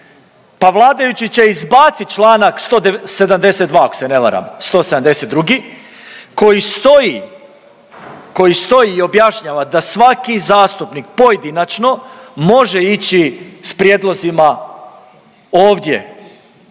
ne varam, 172. koji stoji, koji stoji i objašnjava da svaki zastupnik pojedinačno može ići s prijedlozima ovdje.